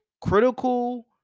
critical